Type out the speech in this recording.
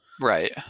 Right